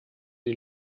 die